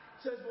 says